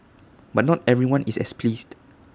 but not everyone is as pleased